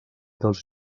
dels